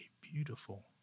beautiful